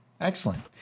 Excellent